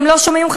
הם לא שומעים ממך.